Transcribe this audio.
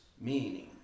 meaning